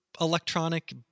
electronic